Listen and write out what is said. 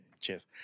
Cheers